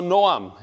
Noam